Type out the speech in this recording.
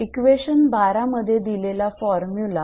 equation 12 मध्ये दिलेला formula